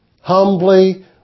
humbly